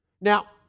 Now